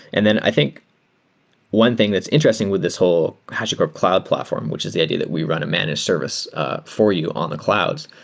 and then i think one thing that's interesting with this whole hashicorp cloud platform, which is the idea that we run a managed service for you on the clouds,